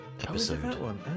episode